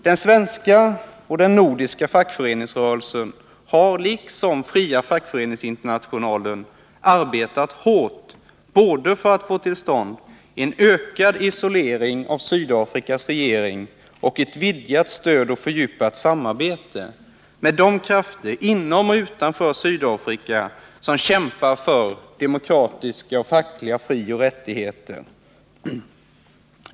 ; Den svenska och den nordiska fackföreningsrörelsen har, liksom Fria fackföreningsinternationalen arbetat hårt för att få till stånd både en ökad isolering av Sydafrikas regering och ett vidgat stöd för och fördjupat samarbete med de krafter inom och utanför Sydafrika som kämpar för demokratiska och fackliga frioch rättigheter.